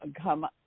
come